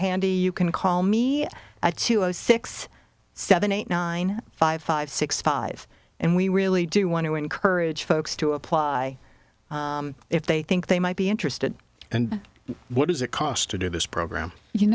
handy you can call me at two zero six seven eight nine five five six five and we really do want to encourage folks to apply if they think they might be interested and what does it cost to do this program you